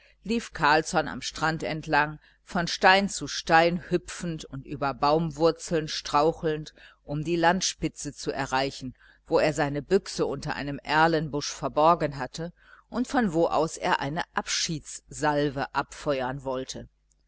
lief carlsson am strand entlang von stein zu stein hüpfend und über baumwurzeln strauchelnd um die landspitze zu erreichen wo er seine büchse unter einem erlenbusch verborgen hatte und von wo aus er eine abschiedssalve abfeuern wollte